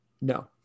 no